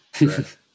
Right